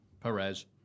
Perez